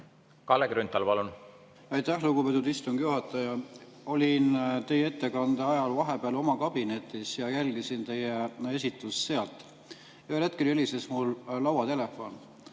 Kalle Grünthal, palun! Aitäh, lugupeetud istungi juhataja! Olin teie ettekande ajal vahepeal oma kabinetis ja jälgisin teie esitlust sealt. Ühel hetkel helises mul lauatelefon.